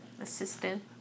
assistant